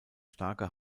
starke